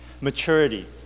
maturity